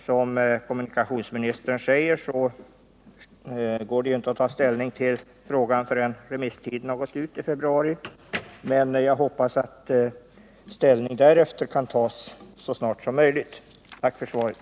Som kommunikationsministern säger är det inte möjligt att ta ställning till frågan förrän remisstiden gått ut i februari, men jag hoppas att ställning därefter kan tas så snart som möjligt. Tack för svaret!